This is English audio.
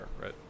right